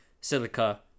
silica